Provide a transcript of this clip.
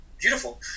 beautiful